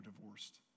divorced